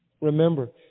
Remember